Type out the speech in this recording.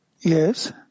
yes